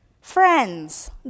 friends